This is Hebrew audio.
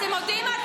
אתם יודעים מה,